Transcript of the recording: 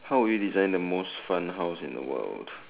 how would you design the most fun house in the world